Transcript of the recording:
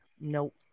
Nope